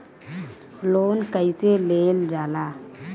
Loan कईसे लेल जाला?